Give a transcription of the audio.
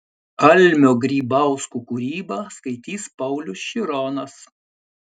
almio grybausko kūrybą skaitys paulius šironas